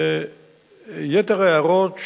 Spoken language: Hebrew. יתר ההערות שלך,